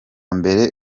mbere